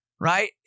right